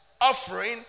offering